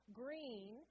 green